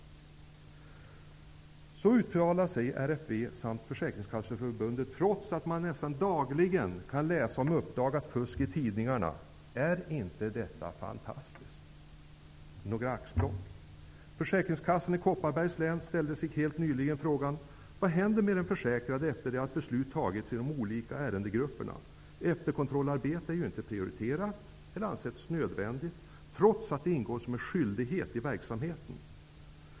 Så uttalar sig RFV samt Försäkringskasseförbundet, trots att man nästan dagligen kan läsa om uppdagat fusk i tidningarna. Är inte detta fantastiskt? Några axplock: Försäkringskassan i Kopparbergs län ställde helt nyligen frågan: Vad händer med den försäkrade efter att beslut har tagits i de olika ärendegrupperna? Efterkontrollarbete är ju inte prioriterat eller ansett som nödvändigt, trots att det ingår som en skyldighet i verksamheten.